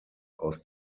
aus